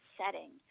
setting